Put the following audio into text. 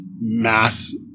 mass